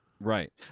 Right